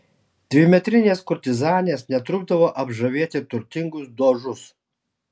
dvimetrinės kurtizanės netrukdavo apžavėti turtingus dožus